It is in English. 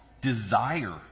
Desire